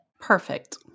Perfect